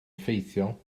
effeithiol